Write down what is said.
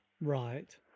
right